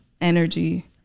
energy